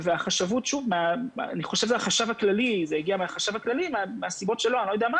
החשב הכללי מסיבותיו,